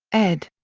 ed.